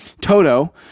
Toto